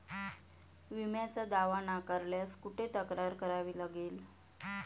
विम्याचा दावा नाकारल्यास कुठे तक्रार करावी लागेल?